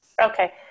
Okay